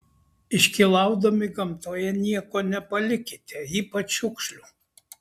iškylaudami gamtoje nieko nepalikite ypač šiukšlių